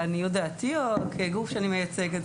לעניות דעתי או כגוף שאני מייצגת?